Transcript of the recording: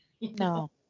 No